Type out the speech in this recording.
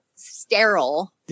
sterile